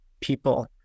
people